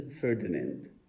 Ferdinand